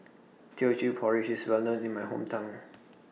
Teochew Porridge IS Well known in My Hometown